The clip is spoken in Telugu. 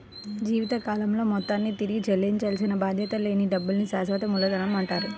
జీవితకాలంలో మొత్తాన్ని తిరిగి చెల్లించాల్సిన బాధ్యత లేని డబ్బుల్ని శాశ్వత మూలధనమంటారు